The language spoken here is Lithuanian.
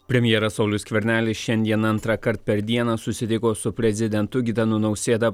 premjeras saulius skvernelis šiandien antrąkart per dieną susitiko su prezidentu gitanu nausėda